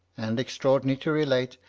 and, extraordinary to relate,